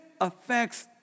affects